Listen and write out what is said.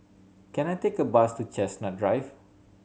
can I take a bus to Chestnut Drive